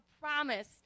promise